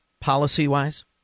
policy-wise